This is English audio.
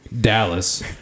Dallas